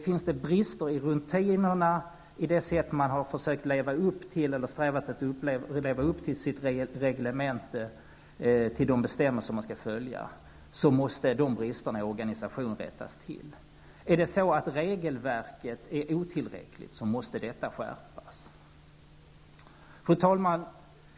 Finns det brister i rutinerna, i det sätt på vilket man har strävat efter att leva upp till sitt reglemente, till de bestämmelser man skall följa, måste de bristerna i organisationen rättas till. Om regelverket är otillräckligt måste detta skärpas. Fru talman!